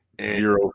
Zero